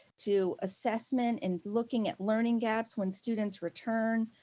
to assessment and looking at learning gaps when students return,